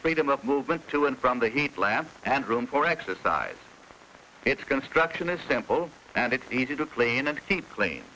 a freedom of movement to and from the heat lamp and room for exercise it's construction is simple and it's easy to clean and keep